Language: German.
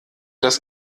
das